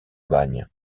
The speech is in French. bagne